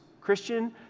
Christian